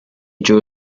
drew